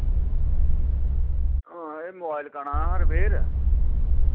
ओ माराज मोबाइल कराना हा रपेयर